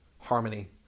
harmony